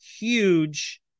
huge